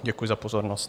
Děkuji za pozornost.